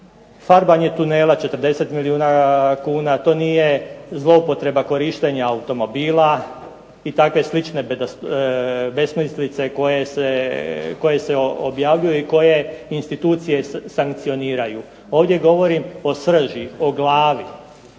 farbanje tunela 40 milijuna kuna, to nije zloupotreba korištenja automobila i takve slične besmislice koje se objavljuju i koje institucije sankcioniraju. Ovdje govorim o srži, o glavi